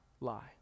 lie